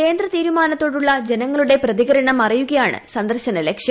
കേന്ദ്രതീരുമാനത്തോടുള്ള ജനങ്ങളുടെ പ്രതികരണം അറിയുകയാണ് സന്ദർശന ലക്ഷ്യം